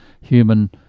human